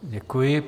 Děkuji.